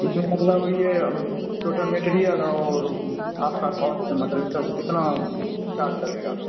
इसमें मतलब ये टोटल मैटेरियल और आपका कोस्ट मतलब ये सब कितना चार्ज लगेगा